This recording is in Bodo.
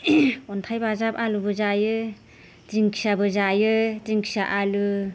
अन्थाइ बाजाब आलुबो जायो दिंखियाबो जायो दिंखिया आलु